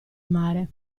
mare